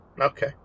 Okay